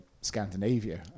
Scandinavia